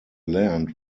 land